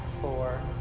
four